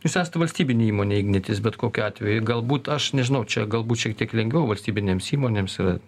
jūs esate valstybinė įmonė ignitis bet kokiu atveju galbūt aš nežinau čia galbūt šiek tiek lengviau valstybinėms įmonėms yra